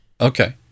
Okay